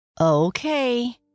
Okay